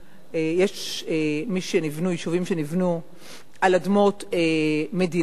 יש יישובים שנבנו על אדמות המדינה,